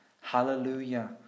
Hallelujah